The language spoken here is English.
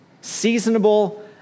seasonable